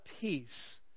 peace